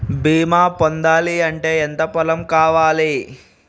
బీమా పొందాలి అంటే ఎంత పొలం కావాలి?